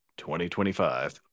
2025